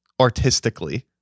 artistically